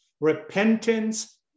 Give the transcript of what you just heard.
repentance